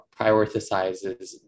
prioritizes